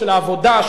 של העבודה,